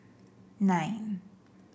nine